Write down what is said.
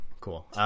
Cool